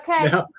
Okay